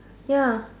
ya